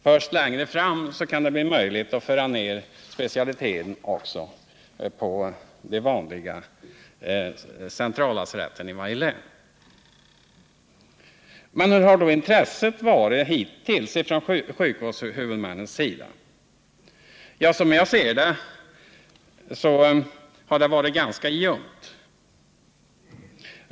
Först längre fram kan det bli möjligt att föra ner specialiteten också på de vanliga centrallasaretten i varje län. Men hur har då intresset varit hittills från sjukvårdshuvudmännens sida? Som jag ser det har det varit ganska ljumt.